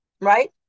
right